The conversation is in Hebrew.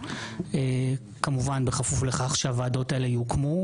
בכפוף לכך שהן יוקמו.